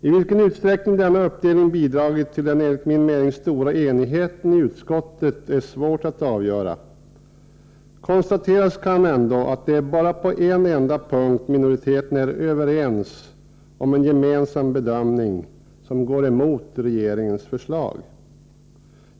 I vilken utsträckning denna uppdelning bidragit till den enligt min mening stora enigheten i utskottet är svårt att avgöra. Konstateras kan ändock att minoriteten på en enda punkt är överens om en gemensam bedömning som går emot regeringens förslag.